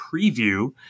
preview